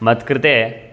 मत्कृते